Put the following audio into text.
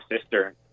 sister